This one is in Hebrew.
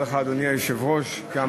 תודה ליושב-ראש הוועדה,